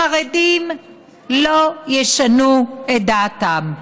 החרדים לא ישנו את דעתם.